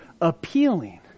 appealing